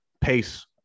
pace